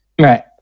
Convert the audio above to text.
Right